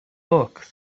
look